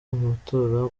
amatora